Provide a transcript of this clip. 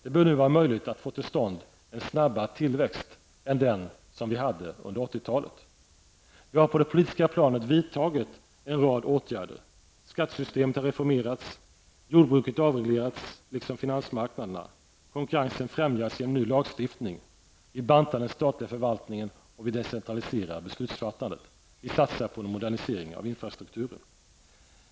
Det bör nu vara möjligt att få till stånd en snabbare tillväxt än den som vi hade under 80-talet. Vi har på det politiska planet vidtagit en rad åtgärder. Skattesystemet har reformerats. Jordbruket avregleras, liksom finansmarknaderna. Konkurrensen främjas genom ny lagstiftning. Vi bantar den statliga förvaltningen, och vi decentraliserar beslutsfattandet. Vi satsar på en modernisering av infrastrukturen.